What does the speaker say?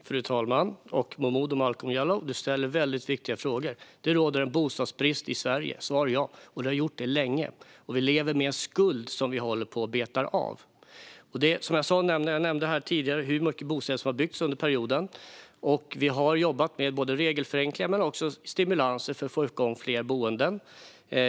Fru talman! Momodou Malcolm Jallow ställer väldigt viktiga frågor. Det råder bostadsbrist i Sverige, svar ja, och det har gjort det länge. Vi lever med en skuld som vi håller på att beta av. Jag nämnde här tidigare hur mycket bostäder som har byggts under perioden. Vi har jobbat med både regelförenklingar och stimulanser för att få igång fler boenden.